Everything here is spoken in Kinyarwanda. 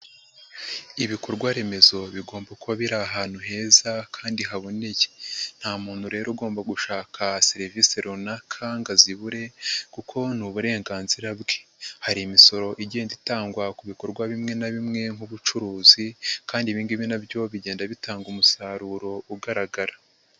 Ibikorwaremezo bigomba kuba biri ahantu heza kandi haboneye. Nta muntu rero ugomba gushaka serivisi runaka ngo azibure kuko ni uburenganzira bwe. Hari imisoro igenda itangwa ku bikorwa bimwe na bimwe nk'ubucuruzi kandi ibi ngibi na byo bigenda bitanga umusaruro ugaragara.